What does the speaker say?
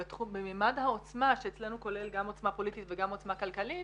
במימד העוצמה שאצלנו כולל גם עוצמה פוליטית וגם עוצמה כלכלית